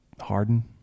harden